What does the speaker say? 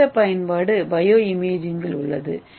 அடுத்த பயன்பாடு பயோஇமேஜிங்கில் உள்ளது